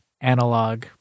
analog